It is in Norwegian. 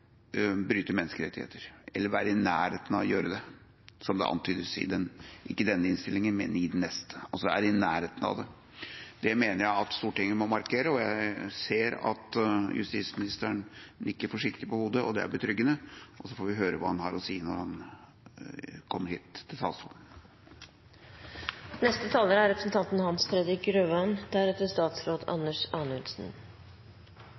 bryte menneskerettighetene eller være i nærheten av å gjøre det, som det antydes ikke i denne innstillinga, men i den neste. Det mener jeg at Stortinget må markere. Jeg ser at justisministeren nikker forsiktig på hodet, og det er betryggende, og så får vi høre hva han har å si når han kommer på talerstolen. Sivilombudsmannens oppgave er å bidra til